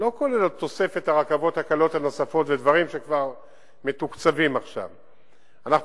תוספת הרכבות הקלות הנוספות ודברים שמתוקצבים כבר עכשיו.